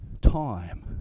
Time